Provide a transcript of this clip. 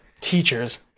Teachers